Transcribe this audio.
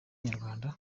inyarwanda